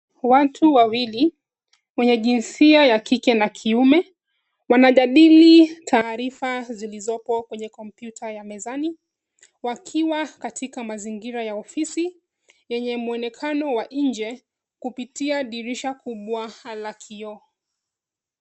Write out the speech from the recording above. Watu wawili, wenye jinsia ya kike na kiume, wanajadili taarifa zilizopo kwenye kompyuta ya mezani, wakiwa katika mazingira ya ofisi, yenye muonekano wa nje, kupitia dirisha kubwa la kioo.